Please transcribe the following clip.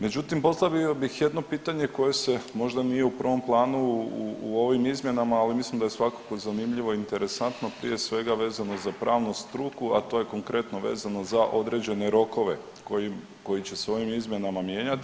Međutim, postavio bih jedno pitanje koje se možda nije u prvom planu u ovim izmjenama, ali mislim da je svakako zanimljivo i interesantno prije svega vezano za pravnu struku, a to je konkretno vezano za određene rokove koji će se ovim izmjenama mijenjati.